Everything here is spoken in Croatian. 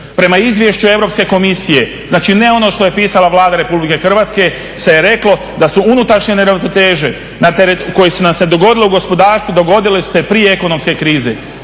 Prema izvješću Europske komisije, znači ne ono što je pisala Vlada RH, se je reklo da su unutrašnje neravnoteže na teret, koje su nam se dogodile u gospodarstvu, dogodile su se prije ekonomske krize,